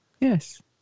Yes